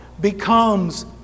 becomes